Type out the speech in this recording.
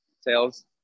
sales